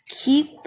keep